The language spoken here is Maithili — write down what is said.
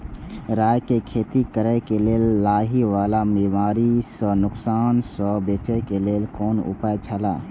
राय के खेती करे के लेल लाहि वाला बिमारी स नुकसान स बचे के लेल कोन उपाय छला?